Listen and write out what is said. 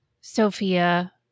Sophia